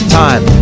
time